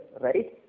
right